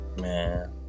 Man